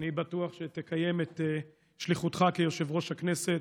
אני בטוח שתקיים את שליחותך כיושב-ראש הכנסת